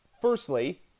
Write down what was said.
firstly